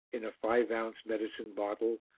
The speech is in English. in a five-ounce medicine bottle,